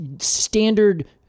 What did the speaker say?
standard